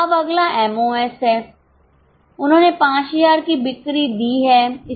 अब अगला एमओएस है उन्होंने 5000 की बिक्री दी है